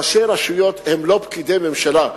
ראשי רשויות הם לא פקידי ממשלה,